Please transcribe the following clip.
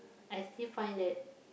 I still find that